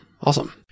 Awesome